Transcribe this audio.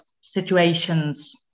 situations